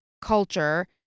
culture